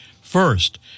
First